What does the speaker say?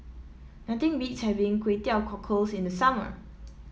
nothing beats having Kway Teow Cockles in the summer